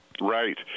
Right